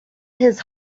his